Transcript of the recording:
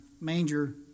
manger